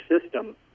system